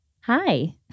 Hi